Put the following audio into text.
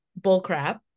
bullcrap